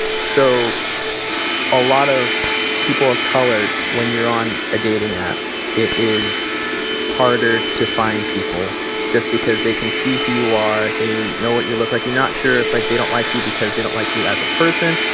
so a lot of people of color, when you're on a dating app, it is harder to find people just because they can see who you are. they know what you look like. you're not sure if, like, they don't like you because they don't like you as a person,